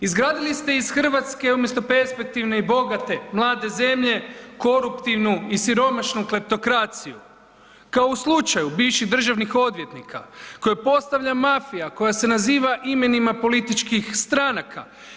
Izgradili ste iz Hrvatske umjesto perspektivne i bogate mlade zemlje koruptivnu i siromašnu kleptokraciju, kao u slučaju bivših državnih odvjetnika koji postavlja mafija koja se naziva imenima političkih stranka.